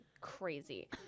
crazy